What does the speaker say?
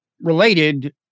related